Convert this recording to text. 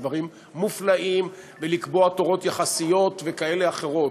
דברים מופלאים ולקבוע תורות יחסות וכאלה או אחרות,